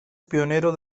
pionero